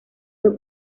fue